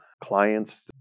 clients